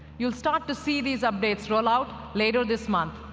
you'll start to see these updates roll out later this month.